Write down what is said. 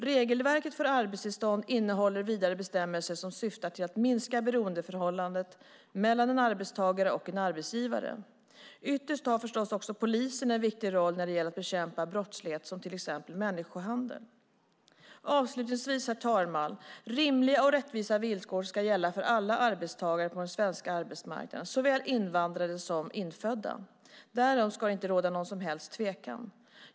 Regelverket för arbetstillstånd innehåller vidare bestämmelser som syftar till att minska beroendeförhållandet mellan en arbetstagare och en arbetsgivare. Ytterst har förstås också polisen en viktig roll när det gäller att bekämpa brottslighet, till exempel människohandel. Avslutningsvis, herr talman! Rimliga och rättvisa villkor ska gälla för alla arbetstagare på den svenska arbetsmarknaden, såväl invandrade som infödda. Därom ska inte råda någon som helst tvekan.